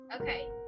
Okay